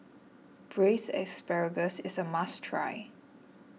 Braised Asparagus is a must try